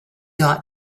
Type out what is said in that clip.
ought